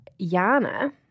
Yana